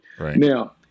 Now